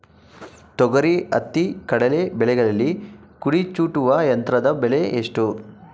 ತೊಗರಿ, ಹತ್ತಿ, ಕಡಲೆ ಬೆಳೆಗಳಲ್ಲಿ ಕುಡಿ ಚೂಟುವ ಯಂತ್ರದ ಬೆಲೆ ಎಷ್ಟು?